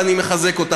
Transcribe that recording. ואני מחזק אותך.